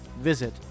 Visit